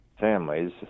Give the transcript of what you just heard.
families